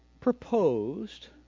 proposed